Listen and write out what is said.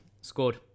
scored